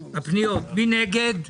מי נגד?